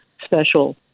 special